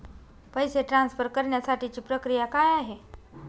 पैसे ट्रान्सफर करण्यासाठीची प्रक्रिया काय आहे?